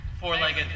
four-legged